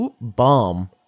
bomb